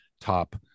top